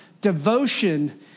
devotion